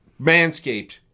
Manscaped